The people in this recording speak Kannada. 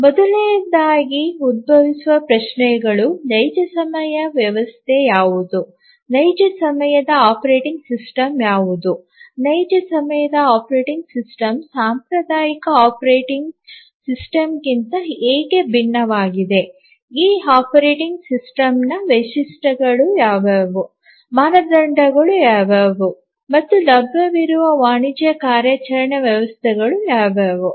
ಮೊದಲನೆಯದಾಗಿ ಉದ್ಭವಿಸುವ ಪ್ರಶ್ನೆಗಳು ನೈಜ ಸಮಯ ವ್ಯವಸ್ಥೆ ಯಾವುದು ನೈಜ ಸಮಯದ ಆಪರೇಟಿಂಗ್ ಸಿಸ್ಟಮ್ ಯಾವುದು ನೈಜ ಸಮಯದ ಆಪರೇಟಿಂಗ್ ಸಿಸ್ಟಮ್ ಸಾಂಪ್ರದಾಯಿಕ ಆಪರೇಟಿಂಗ್ ಸಿಸ್ಟಮ್ಗಿಂತ ಹೇಗೆ ಭಿನ್ನವಾಗಿದೆ ಈ ಆಪರೇಟಿಂಗ್ ಸಿಸ್ಟಮ್ನ ವೈಶಿಷ್ಟ್ಯಗಳು ಯಾವುವು ಮಾನದಂಡಗಳು ಯಾವುವು ಮತ್ತು ಲಭ್ಯವಿರುವ ವಾಣಿಜ್ಯ ಕಾರ್ಯಾಚರಣಾ ವ್ಯವಸ್ಥೆಗಳು ಯಾವುವು